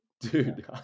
dude